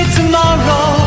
tomorrow